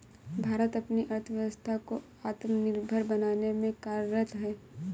भारत अपनी अर्थव्यवस्था को आत्मनिर्भर बनाने में कार्यरत है